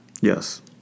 Yes